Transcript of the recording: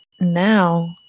now